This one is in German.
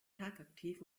tagaktiv